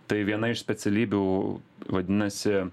tai viena iš specialybių vadinasi